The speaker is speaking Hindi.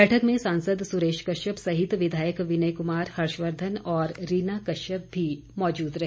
बैठक में सांसद सुरेश कश्यप सहित विधायक विनय कुमार हर्षवर्धन और रीना कश्यप भी मौजूद रहे